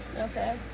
Okay